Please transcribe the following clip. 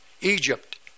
Egypt